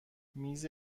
میز